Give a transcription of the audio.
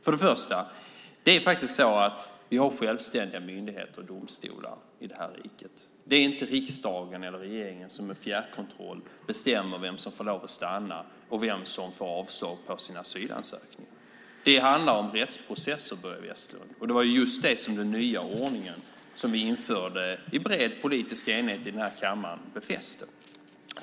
Först och främst har vi självständiga myndigheter och domstolar i det här riket. Det är inte riksdagen eller regeringen som med fjärrkontroll bestämmer vem som får lov att stanna och vem som får avslag på sina asylansökningar. Det handlar om rättsprocesser, Börje Vestlund. Det är just det som den nya ordning som vi införde i bred politisk enighet i den här kammaren befäster.